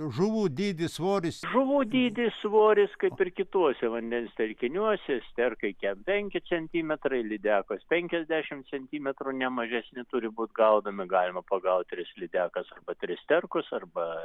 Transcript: žuvų dydis svoris žuvų dydį svoris kaip ir kituose vandens telkiniuose sterkai kempenki centimetrai lydekos penkiasdešimt centimetrų ne mažesni turi būti gaudomi galima pagaut tris lydekas po tris sterkus arba